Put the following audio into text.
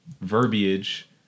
verbiage